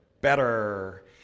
better